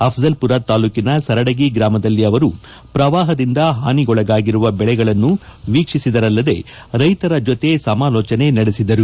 ಅಫಜಲ್ಪುರ ತಾಲೂಕಿನ ಸರಡಗಿ ಗ್ರಾಮದಲ್ಲಿ ಅವರು ಪ್ರವಾಪದಿಂದ ಹಾನಿಗೊಳಗಾಗಿರುವ ಬೆಳೆಗಳನ್ನು ವೀಕ್ಷಿಸಿದರಲ್ಲದೆ ರೈತರ ಜೊತೆ ಸಮಾಲೋಚನೆ ನಡೆಸಿದರು